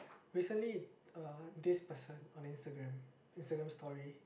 recently uh this person on Instagram Instagram story